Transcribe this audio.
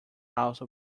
also